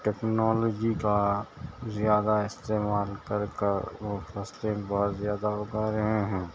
technology کا زیادہ استعمال کر کر وہ فصلیں بہت زیادہ اگا رہے ہیں